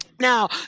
Now